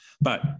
But-